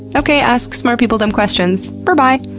okay, ask smart people dumb questions. berbye.